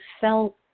felt